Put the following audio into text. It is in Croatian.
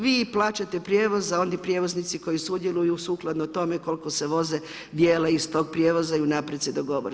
Vi plaćate prijevoz, a oni prijevoznici koji sudjeluju, sukladno tome koliko se voze dijele iz tog prijevoze i unaprijed se dogovori.